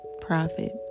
profit